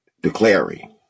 Declaring